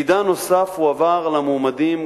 מידע נוסף הועבר למועמדים,